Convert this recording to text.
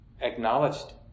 acknowledged